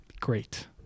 great